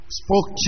spoke